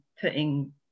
putting